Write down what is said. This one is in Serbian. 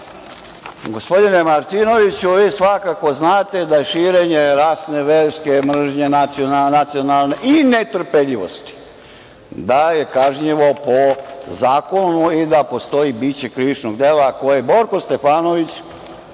gospodine Martinoviću, vi svakako znate da je širenje rasne, verske mržnje, nacionalne i netrpeljivosti, da je kažnjivo po zakonu i da postoji biće krivičnog dela koje je Borko Stefanović,